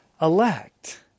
elect